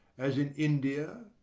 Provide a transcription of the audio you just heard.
as in india,